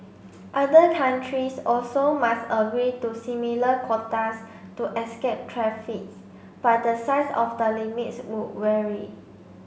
other countries also must agree to similar quotas to escape traffics but the size of the limits would vary